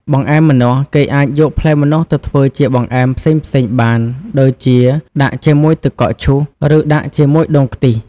បង្អែមម្នាស់ គេអាចយកផ្លែម្នាស់ទៅធ្វើជាបង្អែមផ្សេងៗបាន ដូចជាដាក់ជាមួយទឹកកកឈូស ឬដាក់ជាមួយដូងខ្ទិះ។